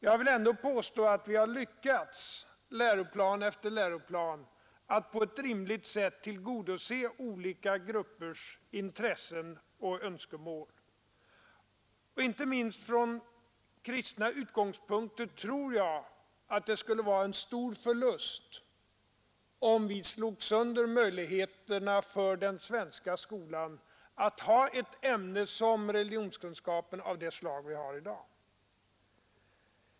Jag vill ändå påstå att vi har lyckats, i läroplan efter läroplan, att på ett rimligt sätt tillgodose olika gruppers intressen och önskemål. Inte minst från kristna utgångspunkter tror jag att det skulle vara en stor förlust, om vi slog sönder möjligheterna för den svenska skolan att ha ett ämne som religionskunskap av det slag vi har i dag.